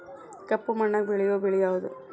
ಕಪ್ಪು ಮಣ್ಣಾಗ ಬೆಳೆಯೋ ಬೆಳಿ ಯಾವುದು?